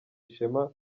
ishema